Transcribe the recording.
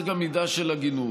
צריך גם מידה של הגינות.